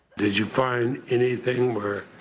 did you find anything where